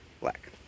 black